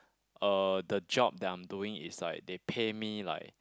uh the job that I'm doing is like they pay me like